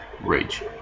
rage